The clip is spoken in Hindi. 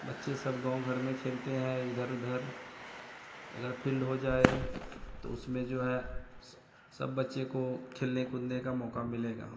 बच्चे सब गाँव भर में खेलते हैं इधर उधर अगर फिल्ड हो जाए तो उसमें जो है सब सब बच्चे को खेलने कूदने का मौक़ा मिलेगा